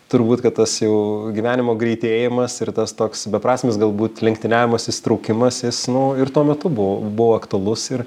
turbūt kad tas jų gyvenimo greitėjimas ir tas toks beprasmis galbūt lenktyniavimas įsitraukimas jis nu ir tuo metu buvo buvo aktualus ir